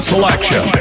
selection